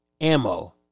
ammo